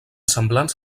semblants